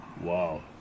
Wow